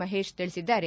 ಮಹೇಶ್ ತಿಳಿಸಿದ್ದಾರೆ